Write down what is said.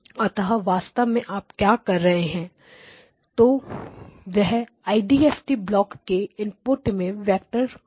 अतः वास्तव में आप क्या कर रहे हैं तो वह आई एफ डी ड टी ब्लॉक IDFT block के इनपुट में वेक्टर में लागू कर रहे हैं